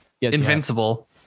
Invincible